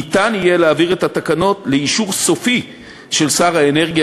ניתן יהיה להעביר את התקנות לאישור סופי של שר האנרגיה,